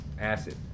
Acid